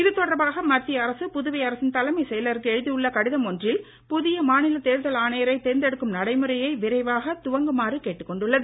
இதுதொடர்பாக மத்திய அரசு புதுவை அரசின் தலைமை செயலருக்கு எழுதியுள்ள கடிதம் ஒன்றில் புதிய மாநில தேர்தல் ஆணையரை தேர்ந்தெடுக்கும் நடைமுறையை விரைவாக துவங்குமாறு கேட்டுக் கொண்டுள்ளது